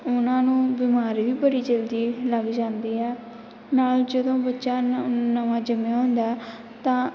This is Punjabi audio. ਉਹਨਾਂ ਨੂੰ ਬਿਮਾਰੀ ਵੀ ਬੜੀ ਜਲਦੀ ਲੱਗ ਜਾਂਦੀ ਆ ਨਾਲ਼ ਜਦੋਂ ਬੱਚਾ ਨ ਨਵਾਂ ਜੰਮਿਆ ਹੁੰਦਾ ਤਾਂ